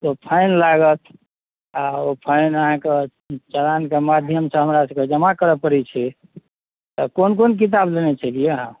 तऽ फाइन लागत आ ओ फाइन अहाँकेँ चलानके माध्यमसँ हमरा सबके जमा करऽ पड़ैत छै तऽ कोन कोन किताब लेने छलियै अहाँ